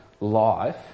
life